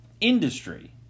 industry